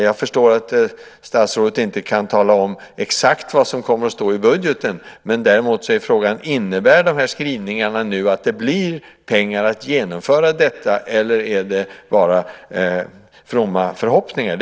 Jag förstår att statsrådet inte kan tala om exakt vad som kommer att stå i budgeten, men frågan är om de här skrivningarna innebär att det nu blir pengar till att genomföra detta eller om det bara är fromma förhoppningar.